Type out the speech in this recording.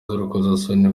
z’urukozasoni